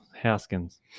Haskins